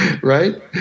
Right